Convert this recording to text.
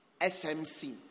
SMC